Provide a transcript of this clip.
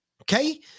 Okay